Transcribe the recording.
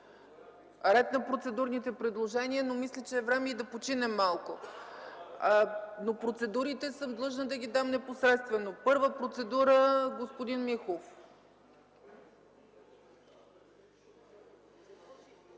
Ред е на процедурните предложения, но мисля, че е време и да починем малко. Процедурите съм длъжна да ги дам непосредствено. Първа процедура – господин Михов.